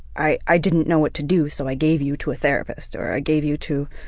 i i didn't know what to do so i gave you to a therapist or i gave you to